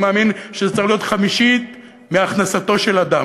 אני מאמין שזה צריך להיות חמישית מהכנסתו של אדם.